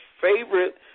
Favorite